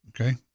okay